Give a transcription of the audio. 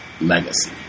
legacy